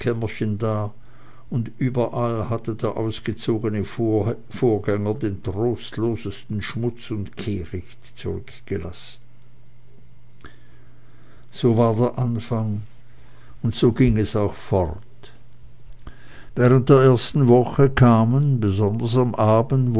und überall hatte der ausgezogene vorgänger den trostlosesten schmutz und kehricht zurückgelassen so war der anfang und so ging es auch fort während der ersten woche kamen besonders am abend